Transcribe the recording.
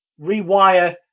rewire